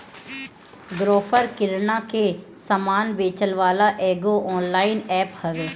Grofer किरणा के सामान बेचेवाला एगो ऑनलाइन एप्प हवे